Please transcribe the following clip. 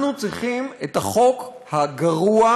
אנחנו צריכים למנוע את החוק הגרוע,